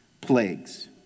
plagues